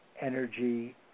energy